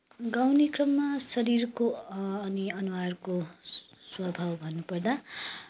गाउने क्रममा शरीरको अनि अनुहारको स्वभाव भन्नपर्दा